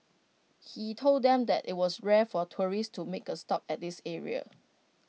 he told them that IT was rare for tourists to make A stop at this area